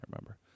remember